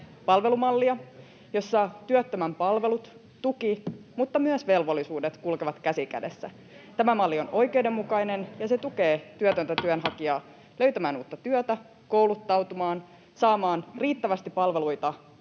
palvelumallia, jossa työttömän palvelut ja tuki mutta myös velvollisuudet kulkevat käsi kädessä. Tämä malli on oikeudenmukainen, ja se tukee työtöntä työnhakijaa löytämään uutta työtä, kouluttautumaan, saamaan riittävästi palveluita